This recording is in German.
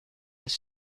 des